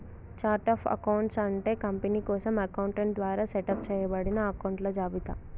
chart of accounts అంటే company కోసం accountant ద్వారా సెటప్ చేయబడిన అకొంట్ల జాబితా